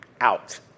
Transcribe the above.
out